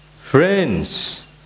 Friends